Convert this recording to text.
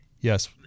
Yes